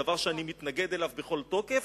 דבר שאני מתנגד לו בכל תוקף.